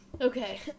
Okay